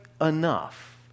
enough